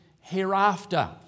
hereafter